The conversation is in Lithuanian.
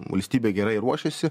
valstybė gerai ruošiasi